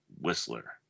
whistler